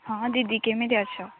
ହଁ ଦିଦି କେମିତି ଅଛ